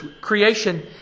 creation